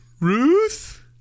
Ruth